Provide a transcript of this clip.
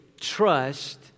trust